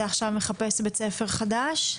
אתה מחפש עכשיו בית ספר חדש?